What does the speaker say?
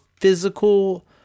physical